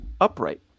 upright